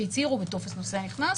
שהצהירו בטופס נוסע נכנס.